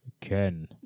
Ken